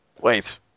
Wait